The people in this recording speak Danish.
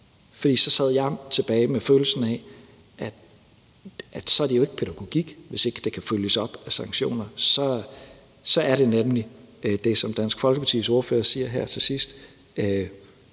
For så sad jeg tilbage med følelsen af, at så er det jo ikke pædagogik, hvis det ikke kan følges af sanktioner. Så er det nemlig det, som Dansk Folkepartis ordfører siger her til sidst,